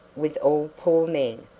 with all poor men,